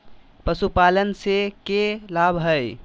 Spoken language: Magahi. पशुपालन से के लाभ हय?